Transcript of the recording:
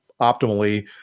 optimally